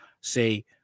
say